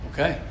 Okay